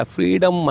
Freedom